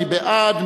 מי בעד?